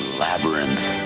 labyrinth